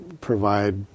provide